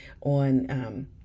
on